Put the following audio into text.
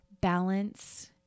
balance